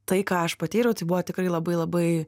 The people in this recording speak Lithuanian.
tai ką aš patyriau tai buvo tikrai labai labai